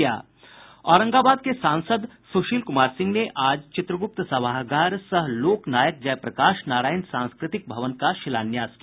औरंगाबाद के सांसद सुशील कुमार सिंह ने आज चित्रगुप्त सभागार सह लोक नायक जयप्रकाश नारायण सांस्कृतिक भवन का शिलान्यास किया